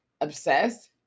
obsessed